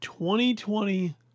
2020